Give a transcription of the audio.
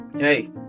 Hey